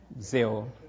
Zero